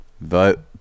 vote